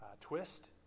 twist